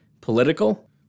political